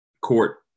Court